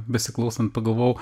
besiklausant pagalvojau